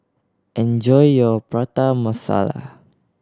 enjoy your Prata Masala